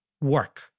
work